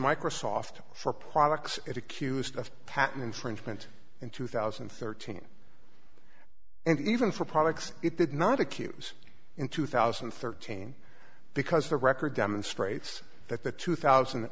microsoft for products it accused of patent infringement in two thousand and thirteen and even for products it did not accuse in two thousand and thirteen because the record demonstrates that the two thousand